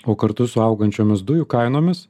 o kartu su augančiomis dujų kainomis